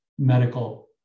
medical